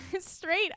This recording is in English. straight